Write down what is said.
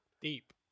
Deep